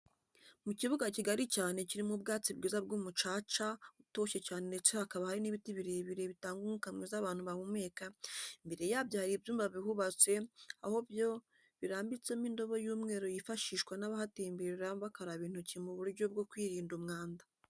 Mu kibuga kigari cyane kirimo ubwatsi bwiza bw'umucaca utoshye cyane ndetse hakaba hari n'ibiti birebire bitanga umwuka mwiza abantu bahumeka, imbere yabyo hari ibyuma bihubatse aho byo birambitsemo indobo y'umweru yifashishwa n'abahatemberera bakaraba intoki mu buryo bwo kwirinda umwanda.